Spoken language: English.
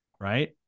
right